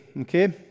Okay